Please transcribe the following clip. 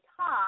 talk